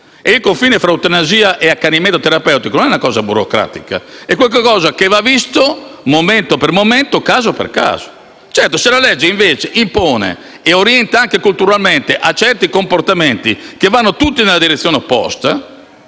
Il confine tra eutanasia e accanimento terapeutico non è una cosa burocratica, ma va visto momento per momento e caso per caso. Certo, se la legge, invece, impone e orienta anche culturalmente verso certi comportamenti che vanno tutti nella direzione opposta,